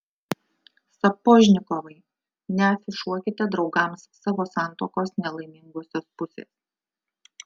sapožnikovai neafišuokite draugams savo santuokos nelaimingosios pusės